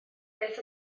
beth